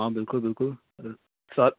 ਹਾਂ ਬਿਲਕੁਲ ਬਿਲਕੁਲ